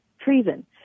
treason